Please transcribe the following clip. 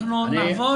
אני חושב